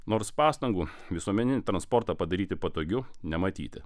nors pastangų visuomeninį transportą padaryti patogiu nematyti